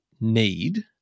need